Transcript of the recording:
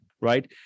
Right